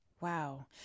Wow